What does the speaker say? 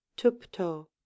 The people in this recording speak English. Tupto